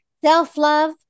Self-love